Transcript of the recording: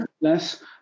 less